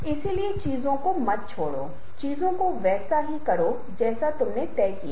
अलग अलग जगहों से बूढ़े युवा विभिन्न श्रेणियों के लोग एक साथ आएंगे की हमने दुर्गा पूजा का उदाहरण लिया